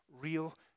real